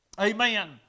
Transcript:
Amen